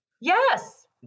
Yes